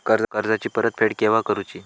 कर्जाची परत फेड केव्हा करुची?